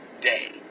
day